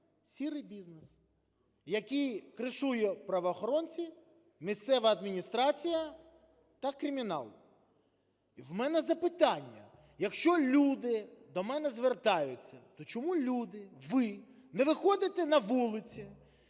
"сірий" бізнес, який кришують правоохоронці, місцева адміністрація та кримінал. В мене запитання. Якщо люди до мене звертаються, то чому люди, ви, не виходите на вулиці